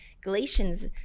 galatians